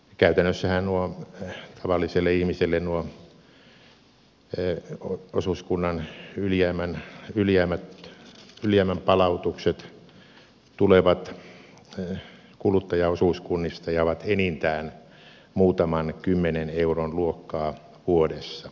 käytännössähän tavalliselle ihmiselle nuo osuuskunnan ylijäämän palautukset tulevat kuluttajaosuuskunnista ja ovat enintään muutaman kymmenen euron luokkaa vuodessa